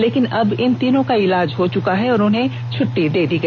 लेकिन अब इन तीनों का इलाज हो चुका है और उन्हें छट्टी दे दी गई है